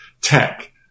tech